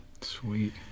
Sweet